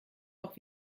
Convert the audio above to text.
auch